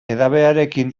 edabearekin